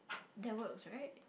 that works right